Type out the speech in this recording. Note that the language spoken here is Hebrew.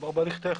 מדובר בהליך טכני.